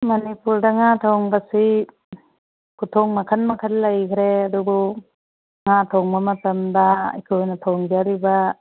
ꯃꯅꯤꯄꯨꯔꯗ ꯉꯥ ꯊꯣꯡꯕꯁꯤ ꯈꯨꯊꯣꯡ ꯃꯈꯜ ꯃꯈꯜ ꯂꯩꯈ꯭ꯔꯦ ꯑꯗꯨꯕꯨ ꯉꯥ ꯊꯣꯡꯕ ꯃꯇꯝꯗ ꯑꯩꯈꯣꯏꯅ ꯊꯣꯡꯖꯔꯤꯕ